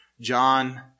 John